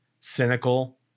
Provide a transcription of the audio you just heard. cynical